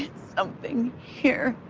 something here.